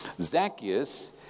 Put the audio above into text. Zacchaeus